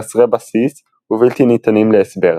חסרי בסיס ובלתי ניתנים להסבר,